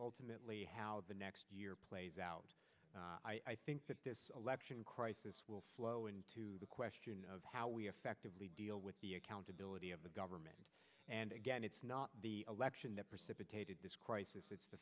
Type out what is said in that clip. ultimately how the next year plays out i think that this election crisis will flow into the question of how we effectively deal with the accountability of the government and again it's not the election that precipitated this crisis it's the